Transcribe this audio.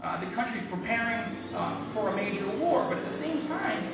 ah the countries preparing for a major war, but at the same time,